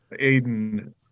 Aiden